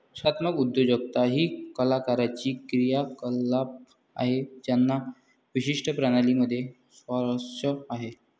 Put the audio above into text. संस्थात्मक उद्योजकता ही कलाकारांची क्रियाकलाप आहे ज्यांना विशिष्ट प्रणाली मध्ये स्वारस्य आहे